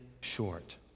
short